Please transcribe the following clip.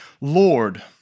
Lord